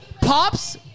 pops